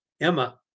Emma